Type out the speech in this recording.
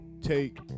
take